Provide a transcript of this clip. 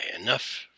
enough